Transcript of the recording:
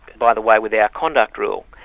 by the way, with our conduct rule.